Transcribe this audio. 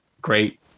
great